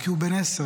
כי הוא בן עשר,